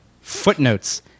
Footnotes